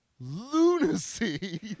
Lunacy